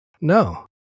No